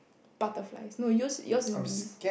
butterflies no yours yours would be bees